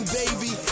baby